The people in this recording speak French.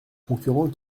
concurrent